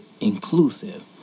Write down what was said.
inclusive